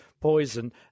poison